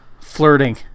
flirting